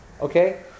Okay